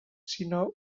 sinó